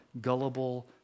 gullible